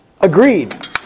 Agreed